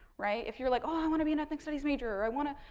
right, if you're like oh i want to be an ethnic studies major or i want to,